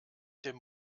dem